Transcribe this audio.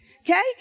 Okay